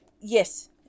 Yes